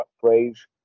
phrase